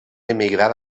emigrar